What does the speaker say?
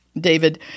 David